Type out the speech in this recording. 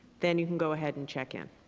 then you can go ahead and check in.